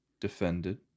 defended